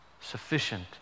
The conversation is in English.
sufficient